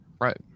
Right